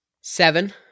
seven